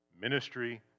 Ministry